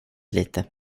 lite